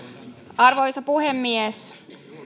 arvoisa puhemies